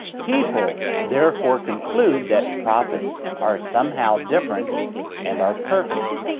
people therefore conclude that prophets are somehow different and are perfect.